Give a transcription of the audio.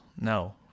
No